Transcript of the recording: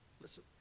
Listen